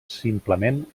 simplement